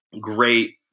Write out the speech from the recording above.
great